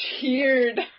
cheered